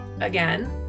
again